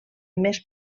més